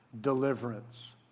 deliverance